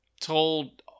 told